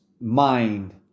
mind